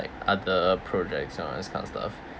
other projects so on these kind of stuff